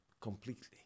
completely